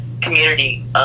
community